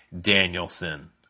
Danielson